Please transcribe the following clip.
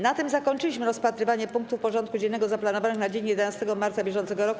Na tym zakończyliśmy rozpatrywanie punktów porządku dziennego zaplanowanych na dzień 11 marca br.